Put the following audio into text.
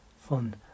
fun